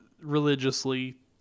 religiously